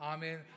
Amen